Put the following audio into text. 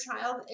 child